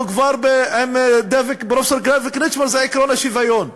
עם פרופסור דוד קרצמר זה עקרון השוויון.